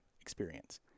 experience